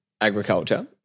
agriculture